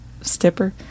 Stipper